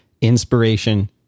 inspiration